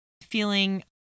Feeling